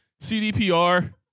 CDPR